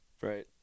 right